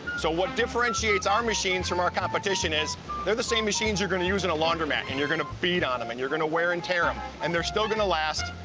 so what differentiates our machines from our competition is they're the same machines you're gonna use in a laundromat. and you're gonna beat on em, and you're gonna wear and tear em. and they're still gonna last,